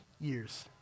years